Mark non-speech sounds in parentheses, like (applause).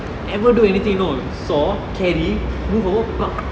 never do anything you know saw carry move over (noise)